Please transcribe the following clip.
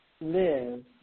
live